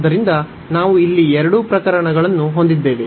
ಆದ್ದರಿಂದ ನಾವು ಇಲ್ಲಿ ಎರಡೂ ಪ್ರಕರಣಗಳನ್ನು ಹೊಂದಿದ್ದೇವೆ